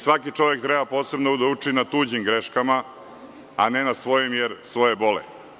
Svaki čovek treba da uči na tuđim greškama, a ne na svojim, jer svoje bole.